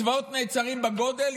צבאות נעצרים בגודל,